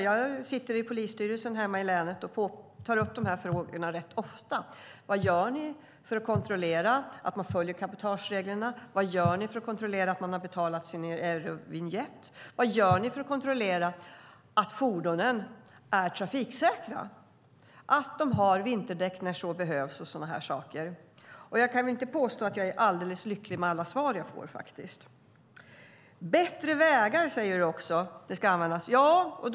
Jag sitter i polisstyrelsen hemma i länet och tar upp dessa frågor rätt ofta. Vad gör ni för att kontrollera att man följer cabotagereglerna? Vad gör ni för att kontrollera att man har betalat sin eurovinjett? Vad gör ni för att kontrollera att fordonen är trafiksäkra, till exempel att de har vinterdäck när så behövs och så vidare. Jag kan inte påstå att jag är alldeles lycklig med alla svar jag får. Hannah Bergstedt säger också att avgiften ska användas till bättre vägar.